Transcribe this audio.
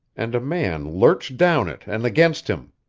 and a man lurched down it and against him.